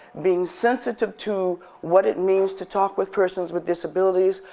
being sensitive to what it means to talk with persons with disabilities,